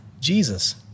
Jesus